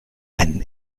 einen